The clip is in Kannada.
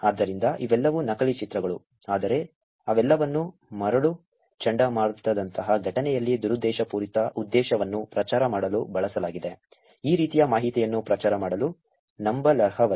ಆದ್ದರಿಂದ ಇವೆಲ್ಲವೂ ನಕಲಿ ಚಿತ್ರಗಳು ಆದರೆ ಅವೆಲ್ಲವನ್ನೂ ಮರಳು ಚಂಡಮಾರುತದಂತಹ ಘಟನೆಯಲ್ಲಿ ದುರುದ್ದೇಶಪೂರಿತ ಉದ್ದೇಶವನ್ನು ಪ್ರಚಾರ ಮಾಡಲು ಬಳಸಲಾಗಿದೆ ಈ ರೀತಿಯ ಮಾಹಿತಿಯನ್ನು ಪ್ರಚಾರ ಮಾಡಲು ನಂಬಲರ್ಹವಲ್ಲ